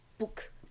book